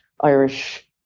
Irish